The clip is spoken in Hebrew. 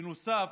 בנוסף,